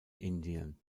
indien